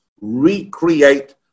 recreate